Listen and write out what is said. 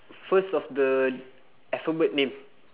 first of the alphabet name